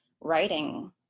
writing